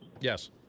Yes